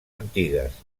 antigues